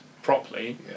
Properly